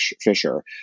Fisher